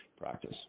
practice